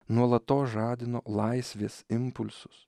nuolatos žadino laisvės impulsus